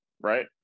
right